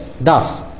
thus